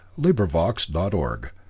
LibriVox.org